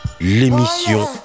L'émission